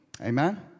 Amen